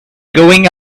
going